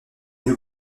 nous